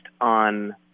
on